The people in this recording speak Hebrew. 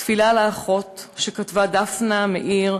תפילה לאחות שכתבה דפנה מאיר,